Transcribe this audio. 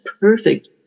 perfect